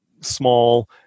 small